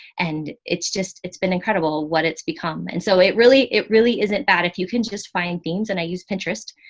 and it's just, it's been incredible what it's become. and so it really, it really isn't bad. if you can just find themes and i use pinterest,